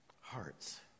hearts